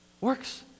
works